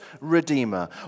redeemer